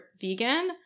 vegan